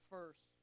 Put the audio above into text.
First